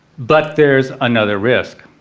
but there is another risk.